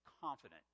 confident